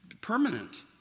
permanent